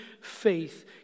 Faith